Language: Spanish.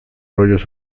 rollos